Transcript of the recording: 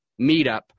meetup